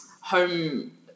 home